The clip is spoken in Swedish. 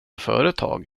företag